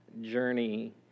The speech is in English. journey